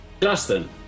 Justin